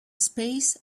space